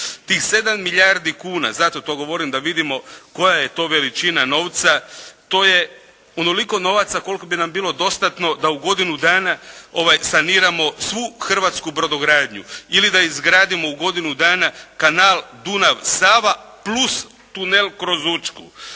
Tih 7 milijardi kuna, zato to govorim da vidimo koja je to veličina novca, to je onoliko novaca koliko bi nam bilo dostatno da u godinu dana saniramo svu hrvatsku brodogradnju ili da izgradimo u godinu dana kanal Dunav-Sava plus tunel kroz Učku.